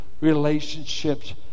relationships